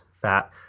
fat